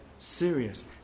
serious